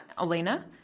elena